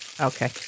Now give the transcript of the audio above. Okay